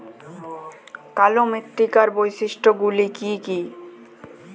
কালো মৃত্তিকার বৈশিষ্ট্য গুলি কি কি?